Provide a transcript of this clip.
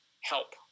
help